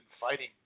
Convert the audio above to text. fighting